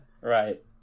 Right